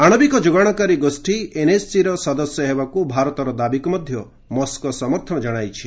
ଆଣବିକ ଯୋଗାଣକାରୀ ଗୋଷୀ ଏନ୍ଏସ୍ଜି ର ସଦସ୍ୟ ହେବାକୁ ଭାରତର ଦାବିକୁ ମଧ୍ୟ ମସ୍କୋ ସମର୍ଥନ ଜଣାଇଛି